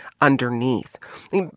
underneath